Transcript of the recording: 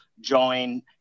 join